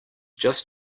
just